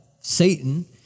Satan